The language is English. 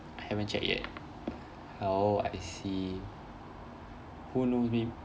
I haven't check yet oh I see who knows mayb~